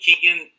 Keegan